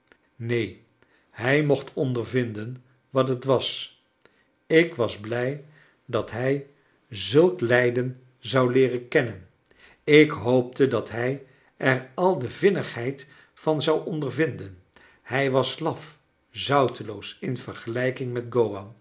neen hij mocht ondervinden wat het was ik was blij dat hij zulk lijden zou leeren kennen ik hoopte dat hij er al de vinnigheid van zou ondervinden hij was laf zouteloos in vergelijking met